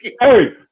Hey